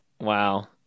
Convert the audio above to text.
Wow